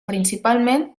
principalment